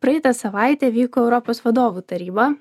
praeitą savaitę vyko europos vadovų taryba